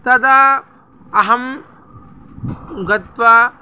तदा अहं गत्वा